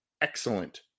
excellent